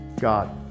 God